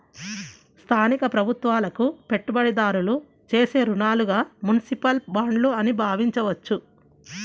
స్థానిక ప్రభుత్వాలకు పెట్టుబడిదారులు చేసే రుణాలుగా మునిసిపల్ బాండ్లు అని భావించవచ్చు